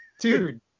dude